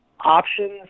options